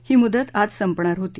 ही मुदत आज संपणार होती